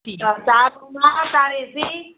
T ચાર રૂમમાં ચાર એસી